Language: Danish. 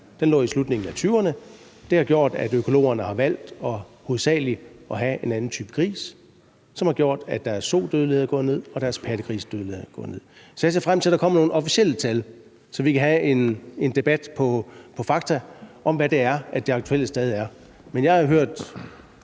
den i slutningen af 20'erne. Det har gjort, at økologerne har valgt hovedsagelig at have en anden type gris, hvilket har gjort, at deres sodødelighed er gået ned, og at deres pattegrisdødelighed er gået ned. Så jeg ser frem til, at der kommer nogle officielle tal, så vi kan have en debat baseret på fakta om, hvad der stadig er aktuelt. Jeg har